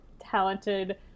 talented